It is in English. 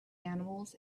animals